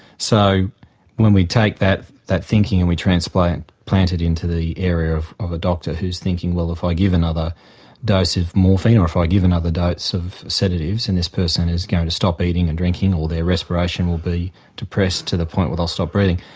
so when we take that that thinking, and we transplant it into the area of of a doctor who's thinking, well if i give another dose of morphine, or if i give another dose of sedatives and this person is going to stop eating and drinking, or their respiration will be depressed to the point where they'll stop breathing,